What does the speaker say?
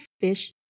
fish